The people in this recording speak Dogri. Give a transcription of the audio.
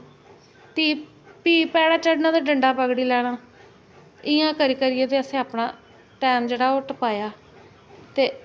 भी भई पैड़ा चढ़ना ते डंडा पगड़ी लैना इ'यां करी करियै ते असें अपना टैम जेह्ड़ा ओह् टपाया ते